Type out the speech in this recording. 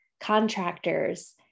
contractors